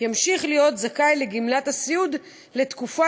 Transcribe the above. ימשיך להיות זכאי לגמלת הסיעוד לתקופה